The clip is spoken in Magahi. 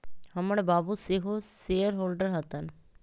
हमर बाबू सेहो एगो शेयर होल्डर हतन